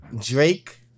drake